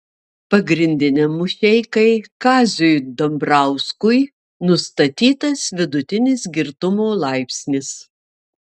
pagrindiniam mušeikai kaziui dambrauskui nustatytas vidutinis girtumo laipsnis